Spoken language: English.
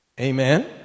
Amen